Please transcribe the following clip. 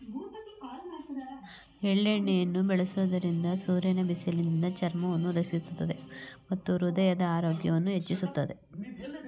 ಎಳ್ಳೆಣ್ಣೆಯನ್ನು ಬಳಸುವುದರಿಂದ ಸೂರ್ಯನ ಬಿಸಿಲಿನಿಂದ ಚರ್ಮವನ್ನು ರಕ್ಷಿಸುತ್ತದೆ ಮತ್ತು ಹೃದಯದ ಆರೋಗ್ಯವನ್ನು ಹೆಚ್ಚಿಸುತ್ತದೆ